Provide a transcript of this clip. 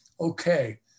okay